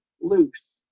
loose